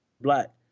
Black